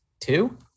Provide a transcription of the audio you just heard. two